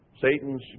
Satan's